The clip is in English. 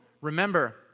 remember